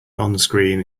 onscreen